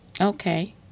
Okay